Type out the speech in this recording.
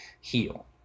heal